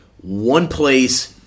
one-place